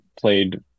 played